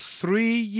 three